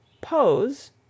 Pose